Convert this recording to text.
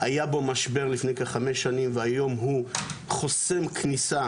היה בו משבר לפני כחמש שנים, והיום הוא חוסם כניסה